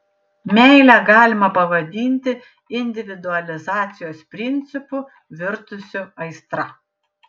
meilę galima pavadinti individualizacijos principu virtusiu aistra